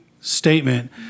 statement